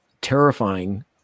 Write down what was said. terrifying